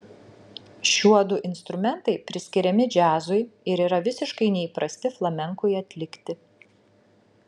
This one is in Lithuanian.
šiuodu instrumentai priskiriami džiazui ir yra visiškai neįprasti flamenkui atlikti